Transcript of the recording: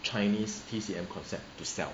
chinese T_C_M concept to sell